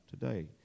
today